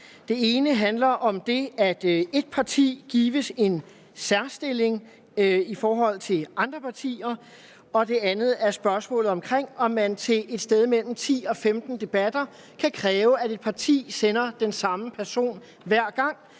Det ene handler om det, at ét parti gives en særstilling i forhold til andre partier, og det andet er spørgsmålet om, om man til et sted mellem 10 og 15 debatter kan kræve, at et parti sender den samme person hver gang,